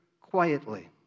quietly